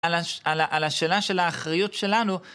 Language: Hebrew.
על השאלה של האחריות שלנו.